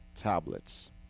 tablets